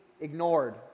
ignored